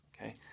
Okay